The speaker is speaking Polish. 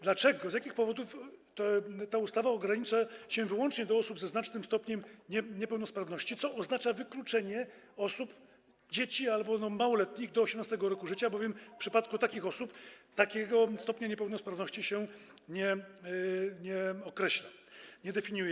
Dlaczego, z jakich powodów ta ustawa ogranicza się wyłącznie do osób ze znacznym stopniem niepełnosprawności, co oznacza wykluczenie osób, dzieci małoletnich do 18. roku życia, bowiem w przypadku takich osób takiego stopnia niepełnosprawności się nie określa, nie definiuje?